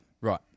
Right